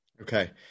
Okay